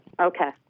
Okay